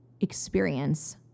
experience